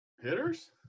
Hitters